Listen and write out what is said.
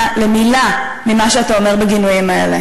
זה נראה לך הולם?